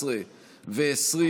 19 ו-20